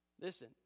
Listen